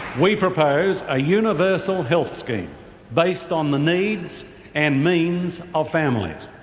we propose a universal health scheme based on the needs and means of families.